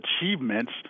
achievements—